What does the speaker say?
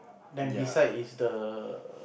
then beside is the